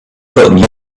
gotten